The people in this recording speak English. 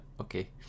okay